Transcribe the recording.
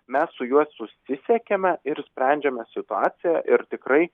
mes su juo susisiekiame ir sprendžiame situaciją ir tikrai